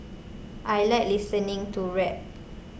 I like listening to rap